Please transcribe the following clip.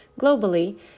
Globally